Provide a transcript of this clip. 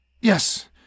Yes